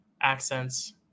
accents